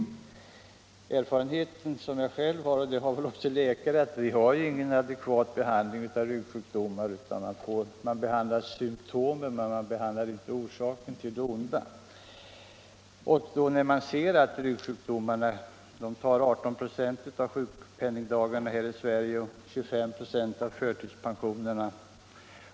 Den erfarenhet som jag själv har — och den erfarenheten har väl också läkare — är att vi inte har någon adekvat behandling av ryggsjukdomar. Man behandlar symtomen, men man behandlar inte orsaken till det onda. Ryggsjukdomarna i Sverige kräver 18 96 av sjukpenningdagarna och 25 9 av förtidspensionerna.